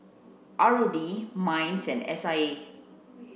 R O D MINDS and S I A